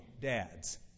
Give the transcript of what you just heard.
dads